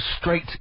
straight